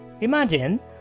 Imagine